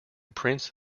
prince